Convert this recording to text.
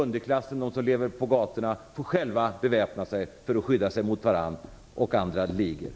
Underklassen, de som lever på gatorna, får själva beväpna sig för att skydda sig mot varandra och andra ligor.